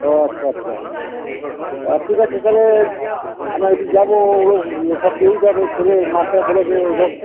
ও আচ্ছা আচ্ছা ঠিক আছে তালে আমি এক দিন যাবো সব দিয়ে দিতে হবে ছেলের মাস্টার বলেছে ওই সব